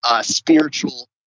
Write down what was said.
Spiritual